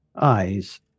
eyes